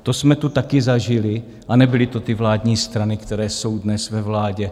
To jsme tu taky zažili a nebyly to ty vládní strany, které jsou dnes ve vládě.